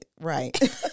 right